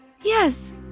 Yes